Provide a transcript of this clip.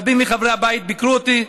רבים מחברי הבית ביקרו אותי,